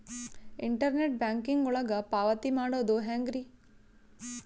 Internet banking ಒಳಗ ಪಾವತಿ ಮಾಡೋದು ಹೆಂಗ್ರಿ?